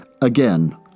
Again